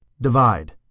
Divide